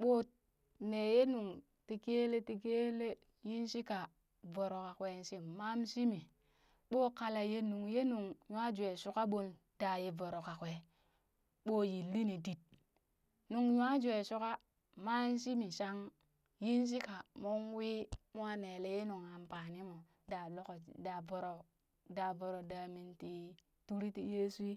Ɓoo neye nuŋ tii kele ti kele yi shi ka voro kwee shi maam shii mii, ɓoo kala ye nung yee nu̱ng nwa jwee shuka ɓoon ɗaa ye voro ka kwee ɓoo yilli nii dit nuŋ nyawa jwee shuka mam shimi shang yin shika moon wii moon wii moo ne lee yee nuŋ ampanimoo da lokok da voro da voro da minti turi tii yeshuu